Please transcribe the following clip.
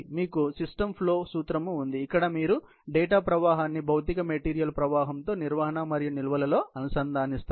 మీకు systems flow సూత్రం ఉంది ఇక్కడ మీరు డేటా ప్రవాహాన్ని భౌతిక మెటీరియల్ ప్రవాహంతో నిర్వహణ మరియు నిల్వలో అనుసంధానిస్తారు